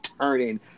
turning